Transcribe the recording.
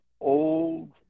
old